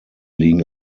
liegen